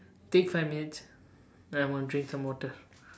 take five minutes I want drink some water